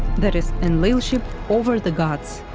that is, enlilship over the gods,